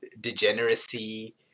degeneracy